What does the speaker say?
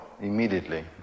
Immediately